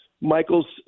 Michael's